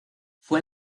fue